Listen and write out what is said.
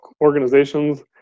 organizations